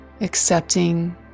accepting